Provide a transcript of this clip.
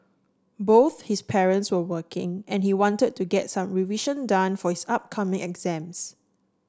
both his parents were working and he wanted to get some revision done for his upcoming exams